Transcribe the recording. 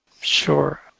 Sure